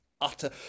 utter